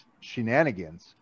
shenanigans